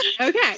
Okay